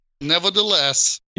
Nevertheless